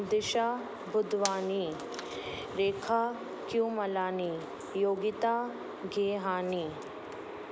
Disha Budhwani Rekha Kyumlani Yogita Gehani